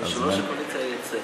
יושב-ראש הקואליציה היוצאת.